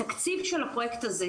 התקציב של הפרויקט הזה,